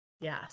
yes